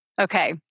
Okay